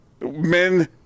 Men